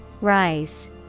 Rise